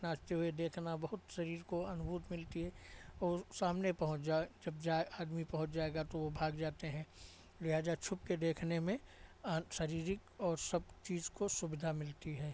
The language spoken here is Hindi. नाचते हुए देखना बहुत शरीर को अनुभूत मिलती है और सामने पहुँच जाए जब जाए आदमी पहुँच जाएगा तो वो भाग जाते हैं लिहाज़ा छुप के देखने में शारीरिक और सब चीज़ को सुविधा मिलती है